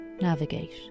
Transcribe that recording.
Navigate